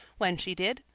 when she did,